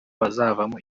bazavamo